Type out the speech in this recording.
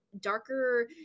darker